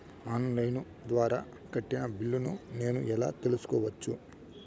On line ద్వారా కట్టిన బిల్లును నేను ఎలా తెలుసుకోవచ్చు?